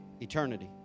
eternity